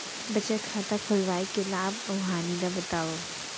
बचत खाता खोलवाय के लाभ अऊ हानि ला बतावव?